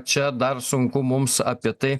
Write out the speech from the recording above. čia dar sunku mums apie tai